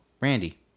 Randy